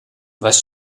was